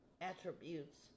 attributes